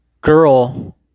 girl